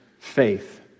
faith